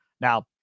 Now